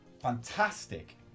fantastic